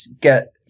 get